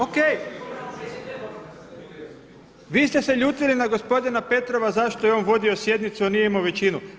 O.k. Vi ste se ljutili na gospodina Petrova zašto je on vodio sjednicu, a nije imao većinu.